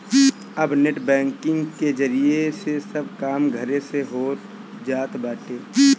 अब net banking के जरिया से सब काम घरे से हो जात बाटे